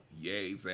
yay